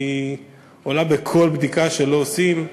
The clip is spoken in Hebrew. היא עולה בכל בדיקה שעושים.